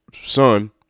son